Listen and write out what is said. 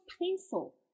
painful